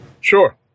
Sure